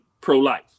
pro-life